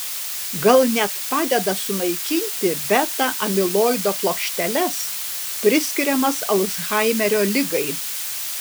gal net padeda sunaikinti beta amiloido plokšteles priskiriamas alzhaimerio ligai